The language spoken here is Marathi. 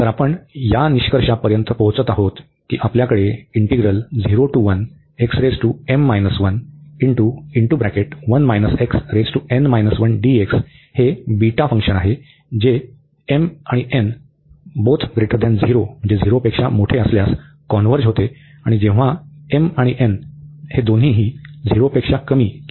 तर आपण या निष्कर्षापर्यंत पोहोचत आहोत की आपल्याकडे हे बीटा फंक्शन आहे जे असल्यास कॉन्व्हर्ज होते आणि जेव्हा